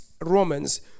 Romans